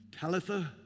Talitha